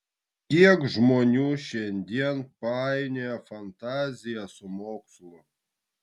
kiek žmonių šiandien painioja fantaziją su mokslu